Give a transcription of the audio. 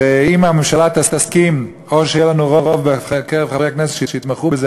ואם הממשלה תסכים או שיהיה לנו רוב בקרב חברי הכנסת שיתמכו בזה,